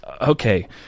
okay